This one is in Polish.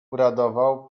uradował